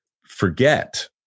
forget